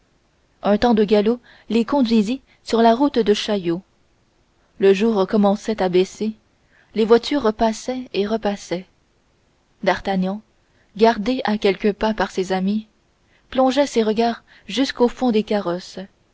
un temps de galop les conduisit sur la route de chaillot le jour commençait à baisser les voitures passaient et repassaient d'artagnan gardé à quelques pas par ses amis plongeait ses regards jusqu'au fond des carrosses